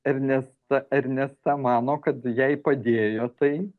ernesta ernesta mano kad jai padėjo tai